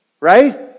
Right